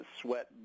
sweat